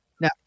Now